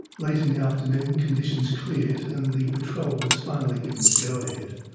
late in the afternoon, conditions cleared and the patrol was finally given the go ahead.